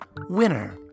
WINNER